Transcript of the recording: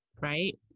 right